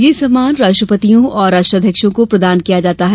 यह सम्मान राष्ट्रपतियों और राष्ट्राध्यक्षों को प्रदान किया जाता है